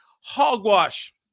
Hogwash